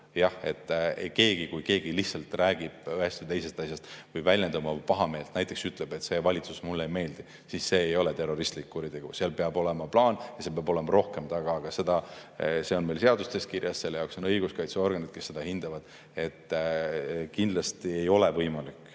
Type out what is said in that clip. Jah, kui keegi lihtsalt räägib ühest või teisest asjast või väljendab oma pahameelt, näiteks ütleb, et see valitsus mulle ei meeldi, siis see ei ole terroristlik kuritegu. Seal peab olema plaan, seal peab olema rohkem taga. Aga see on meil seadustes kirjas, selle jaoks on õiguskaitseorganid, kes seda hindavad. Kindlasti ei ole võimalik